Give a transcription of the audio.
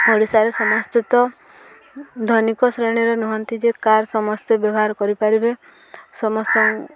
ଓଡ଼ିଶାରେ ସମସ୍ତେ ତ ଧନିକ ଶ୍ରେଣୀର ନୁହଁନ୍ତି ଯେ କାର୍ ସମସ୍ତେ ବ୍ୟବହାର କରିପାରିବେ ସମସ୍ତ